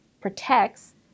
protects